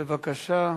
בבקשה.